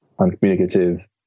uncommunicative